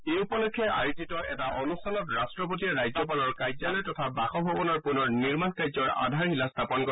এই উপলক্ষে আয়োজিত এটা অনুষ্ঠানত ৰাষ্টপতিয়ে ৰাজ্যপালৰ কাৰ্যালয় তথা বাসভৱনৰ পুনৰ নিৰ্মাণ কাৰ্যৰ আধাৰশিলা স্থাপন কৰে